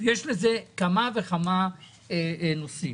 יש לזה כמה וכמה נושאים.